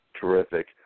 terrific